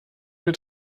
mit